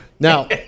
Now